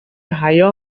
حیا